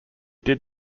did